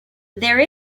there